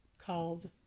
called